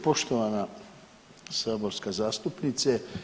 Poštovana saborska zastupnice.